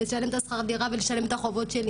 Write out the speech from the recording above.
לשלם את השכר דירה ולשלם את החובות שלי